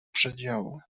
przedziału